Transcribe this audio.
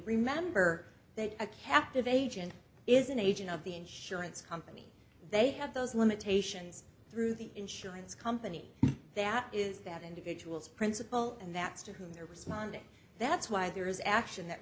remember that a captive agent is an agent of the insurance company they have those limitations through the insurance company that is that individual's principle and that's to whom they're responding that's why there is action that